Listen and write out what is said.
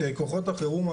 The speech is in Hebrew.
כוחות החירום,